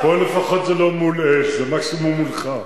פה זה לפחות זה לא מול אש, זה מקסימום מולך.